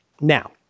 Now